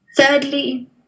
Thirdly